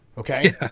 Okay